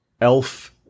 Elf